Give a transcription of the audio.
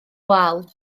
wal